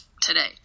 today